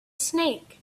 snake